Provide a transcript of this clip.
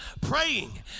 praying